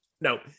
no